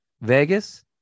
Vegas